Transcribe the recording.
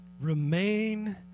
Remain